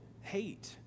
hate